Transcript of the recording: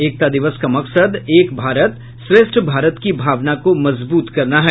एकता दिवस का मकसद एक भारत श्रेष्ठ भारत की भावना को मजबूत करना है